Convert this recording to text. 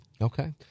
Okay